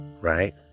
Right